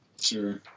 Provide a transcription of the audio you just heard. Sure